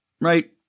Right